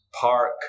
park